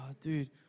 dude